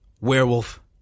Werewolf